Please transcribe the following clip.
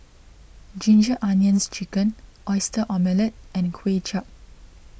Ginger Onions Chicken Oyster Omelette and Kway Chap